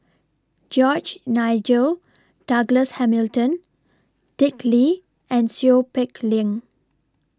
George Nigel Douglas Hamilton Dick Lee and Seow Peck Leng